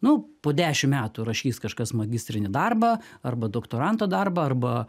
nu po dešim metų rašys kažkas magistrinį darbą arba doktoranto darbą arba